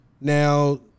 Now